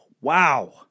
wow